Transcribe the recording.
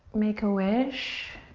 make a wish.